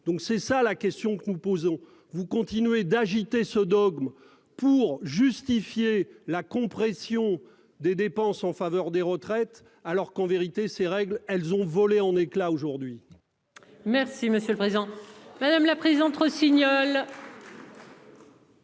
Donc c'est ça la question que nous posons. Vous continuez d'agiter ce dogme pour justifier la compression des dépenses en faveur des retraites alors qu'en vérité ces règles elles ont volé en éclats aujourd'hui. Merci monsieur le président, madame la prise entre Signol.